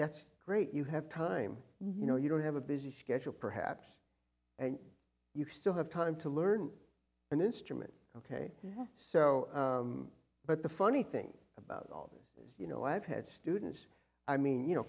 that's great you have time you know you don't have a busy schedule perhaps and you still have time to learn an instrument ok so but the funny thing about all you know i've had students i mean you know